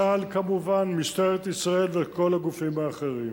צה"ל, כמובן, משטרת ישראל וכל הגופים האחרים.